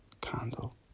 candle